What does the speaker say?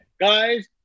Guys